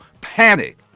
Panic